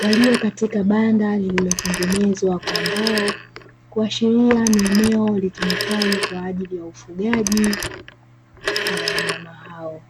walio katika banda lililotengenezwa kwa mbao. Kuashiria ni eneo litumikalo kwa ajili ya ufugaji wa wanyama hao.